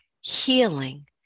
Healing